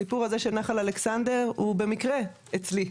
הסיפור הזה של נחל אלכסנדר הוא במקרה אצלי,